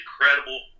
incredible